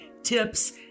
tips